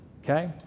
okay